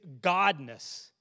godness